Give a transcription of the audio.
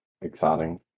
exciting